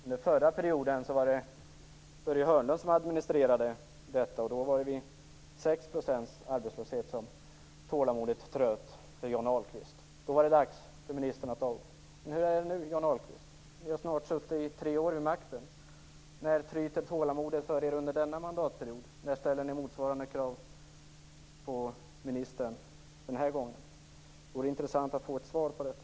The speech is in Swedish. Under förra perioden var det Börje Hörnlund som administrerade arbetsmarknadspolitiken, och då tröt tålamodet för Johnny Ahlqvist vid 6 % arbetslöshet. Då var det dags för ministern att avgå. Hur är det nu, Johnny Ahlqvist? Ni har snart suttit vid makten i tre år. När tryter tålamodet för er under denna mandatperiod? När ställer ni motsvarande krav på ministern denna gång? Det vore intressant att få ett svar på detta.